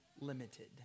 limited